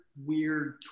weird